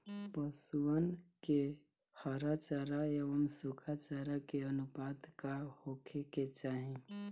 पशुअन के हरा चरा एंव सुखा चारा के अनुपात का होखे के चाही?